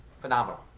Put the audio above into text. phenomenal